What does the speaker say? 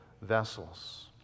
vessels